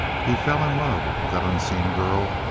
he fell in love with that unseen girl,